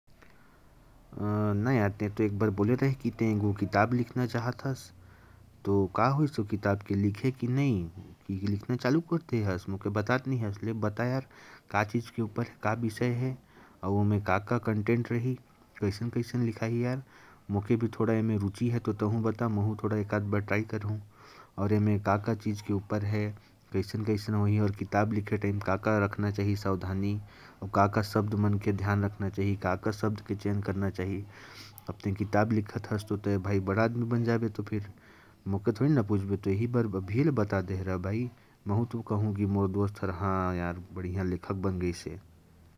ना यार, तुम तो बोले रहे कि एक किताब लिखना चाहते हो, तो मुझे भी बताओ यार, क्या लिखते हो? क्या विषय रहेगा? मुझे भी रुचि है, मैं भी लिख के देखूं। अब अगर तुम किताब लिख रहे हो, तो बड़ा आदमी बन जाओगे। मैं भी बताऊँगा कि मेरा दोस्त किताब लिख रहा है।